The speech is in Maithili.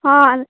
हँ